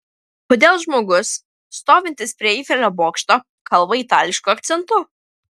kodėl žmogus stovintis prie eifelio bokšto kalba itališku akcentu